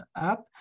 app